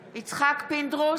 פינדרוס,